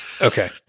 Okay